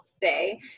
day